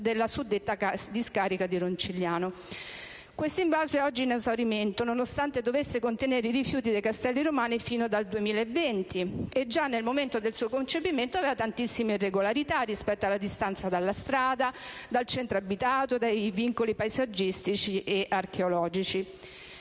della suddetta discarica di Roncigliano. Questo invaso è oggi in esaurimento, nonostante dovesse contenere i rifiuti dei Castelli Romani fino al 2020 e già nel momento del suo concepimento presentava diverse irregolarità (rispetto alla distanza delle quinte dalla strada e dal centro abitato, nonché ai vincoli paesaggistici e archeologici).